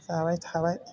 जाबाय थाबाय